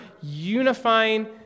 unifying